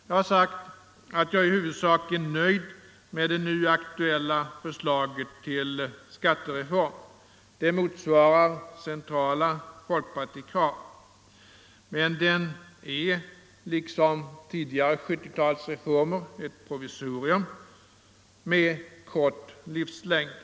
Jag har sagt att jag i huvudsak är nöjd med det nu aktuella förslaget till skattereform. Det motsvarar centrala folkpartikrav. Men denna skattereform är, liksom tidigare 1970-talsreformer, ett provisorium med kort livslängd.